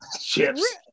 chips